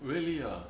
really ah